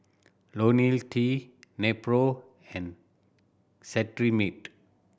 Lonil S T Nepro and Cetrimide